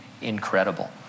incredible